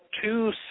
two